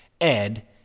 Ed